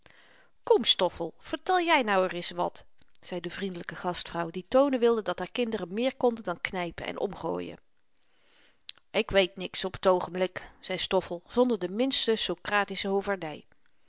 kom stoffel vertel jy nou reis wat zei de vriendelyke gastvrouw die toonen wilde dat haar kinderen méér konden dan knypen en omgooien k weet niks op t oogenblik zei stoffel zonder de minste